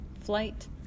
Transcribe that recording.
flight